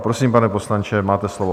Prosím, pane poslanče, máte slovo.